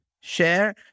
share